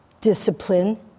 discipline